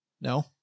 No